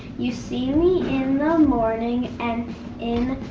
you see me in the morning, and in